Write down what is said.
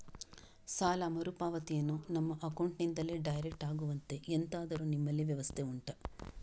ಸಾಲ ಮರುಪಾವತಿಯನ್ನು ನಮ್ಮ ಅಕೌಂಟ್ ನಿಂದಲೇ ಡೈರೆಕ್ಟ್ ಹೋಗುವಂತೆ ಎಂತಾದರು ನಿಮ್ಮಲ್ಲಿ ವ್ಯವಸ್ಥೆ ಉಂಟಾ